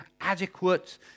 adequate